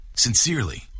Sincerely